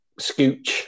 Scooch